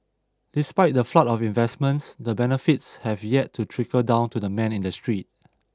despite the flood of investments the benefits have yet to trickle down to the man in the street